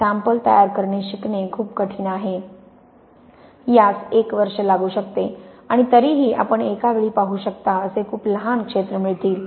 sample तयार करणे शिकणे खूप कठीण आहे यास एक वर्ष लागू शकते आणि तरीही आपण एका वेळी पाहू शकता असे खूप लहान क्षेत्र मिळतील